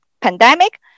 pandemic